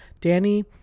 Danny